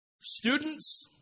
Students